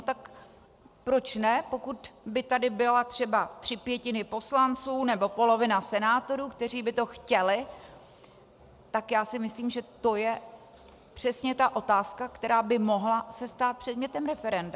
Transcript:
Tak proč ne, pokud by tady byly třeba tři pětiny poslanců nebo polovina senátorů, kteří by to chtěli, tak já si myslím, že to je přesně ta otázka, která by se mohla stát předmětem referenda.